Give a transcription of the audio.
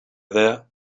there